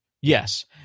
yes